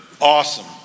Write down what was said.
Awesome